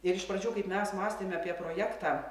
ir iš pradžių kaip mes mąstėme apie projektą